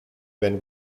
been